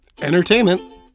entertainment